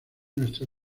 nuestra